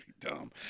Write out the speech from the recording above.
Dumb